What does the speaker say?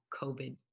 COVID